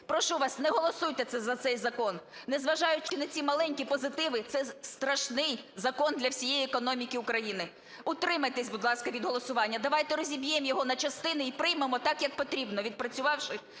прошу вас, не голосуйте за цей закон. Незважаючи на ці маленькі позитиви, це страшний закон для всієї економіки України. Утримайтесь, будь ласка, від голосування, давайте розіб'ємо його на частини і приймемо його так, як потрібно, відпрацювавши